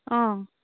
অঁ